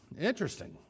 interesting